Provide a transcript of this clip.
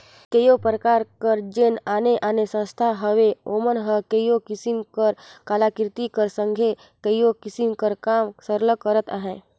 कइयो परकार कर जेन आने आने संस्था हवें ओमन हर कइयो किसिम कर कलाकृति कर संघे कइयो किसिम कर काम सरलग करत अहें